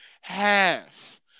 Half